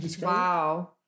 Wow